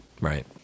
right